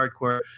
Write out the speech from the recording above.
Hardcore